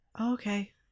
Okay